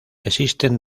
existen